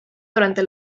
durante